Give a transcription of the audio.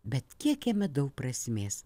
bet kiek jame daug prasmės